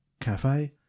cafe